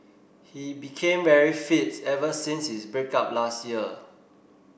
he became very fit ever since his break up last year